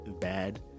bad